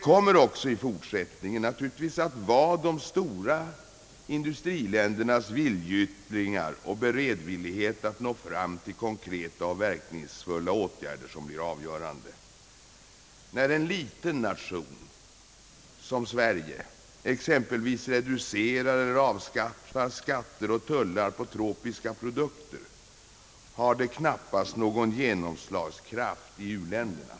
Även i fortsättningen blir naturligtvis det avgörande de stora industriländernas viljeyttringar och beredvillighet att nå fram till konkreta och verkningsfulla åtgärder. När en liten nation som Sverige exempelvis reducerar eller avskaffar skatter och tullar på tropiska produkter har det knappast någon genomslagskraft i u-länderna.